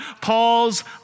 Paul's